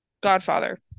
godfather